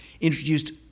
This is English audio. introduced